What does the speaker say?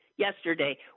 yesterday